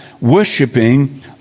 worshipping